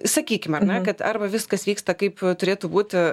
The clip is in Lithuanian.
sakykim ar ne kad arba viskas vyksta kaip turėtų būt